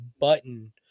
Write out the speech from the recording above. button